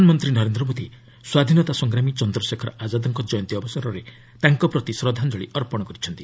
ପ୍ରଧାନମନ୍ତ୍ରୀ ନରେନ୍ଦ୍ର ମୋଦି ସ୍ୱାଧୀନତା ସଂଗ୍ରାମୀ ଚନ୍ଦ୍ରଶେଖର ଆଜାଦ୍ଙ୍କ ଜୟନ୍ତୀ ଅବସରରେ ତାଙ୍କ ପ୍ରତି ଶ୍ରଦ୍ଧାଞ୍ଜଳି ଅର୍ପଣ କରିଛନ୍ତି